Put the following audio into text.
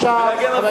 עכשיו, ישראל.